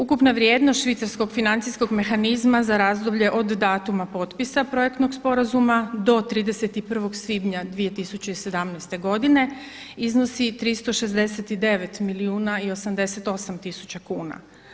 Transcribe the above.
Ukupna vrijednost švicarskog financijskog mehanizma za razdoblje od datuma potpisa projektnog sporazuma do 31. svibnja 2017. godine iznosi 369 milijuna i 88 tisuća kuna.